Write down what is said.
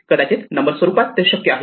कदाचित नंबर स्वरूपात ते शक्य आहे